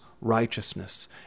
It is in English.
righteousness